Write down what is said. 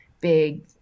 big